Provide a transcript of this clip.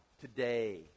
today